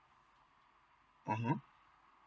(uh huh)